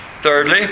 Thirdly